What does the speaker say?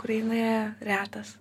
ukrainoje retas